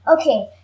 Okay